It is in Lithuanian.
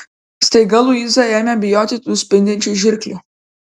staiga luiza ėmė bijoti tų spindinčių žirklių